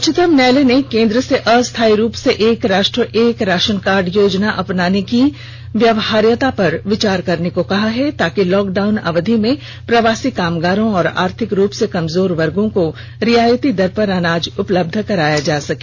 उच्चतम न्यायालय ने केन्द्र से अस्थायी रूप से एक राष्ट्र एक राशन कार्ड योजना अपनाने की व्यावहार्यता पर विचार करने को कहा है ताकि लॉकडाउन अवधि में प्रवासी कामगारों और आर्थिक रूप से कमजोर वर्गों को रियायती दर पर अनाज उपलब्ध कराया जा सके